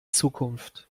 zukunft